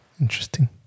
Interesting